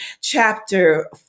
chapter